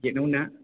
गेटआवना